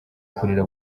kurira